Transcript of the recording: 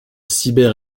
cyber